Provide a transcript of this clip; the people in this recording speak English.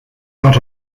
not